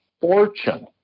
fortune